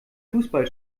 fußball